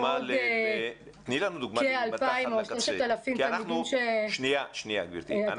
עתודאים ועוד כ-2,000 או 3,000 תלמידים ש --- גברתי,